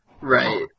Right